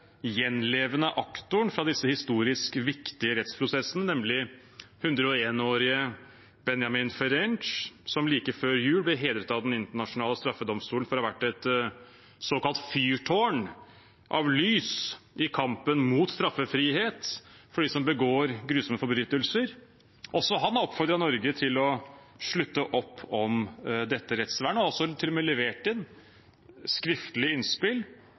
gjenlevende aktoren fra disse historisk viktige rettsprosessene, nemlig 101-årige Benjamin Ferencz – som like før jul ble hedret av Den internasjonale straffedomstolen for å ha vært et såkalt fyrtårn av lys i kampen mot straffrihet for dem som begår grusomme forbrytelser – oppfordret Norge til å slutte opp om, og som til og med leverte inn skriftlige innspill,